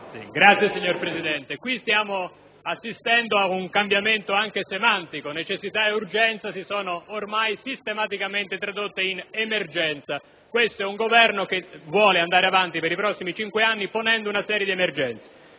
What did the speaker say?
*(PD)*. Signor Presidente, stiamo assistendo ad un cambiamento anche semantico: necessità ed urgenza si sono ormai sistematicamente tradotti in emergenza. Questo è un Governo che vuole andare avanti per i prossimi cinque anni ponendo una serie di emergenze: